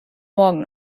morgen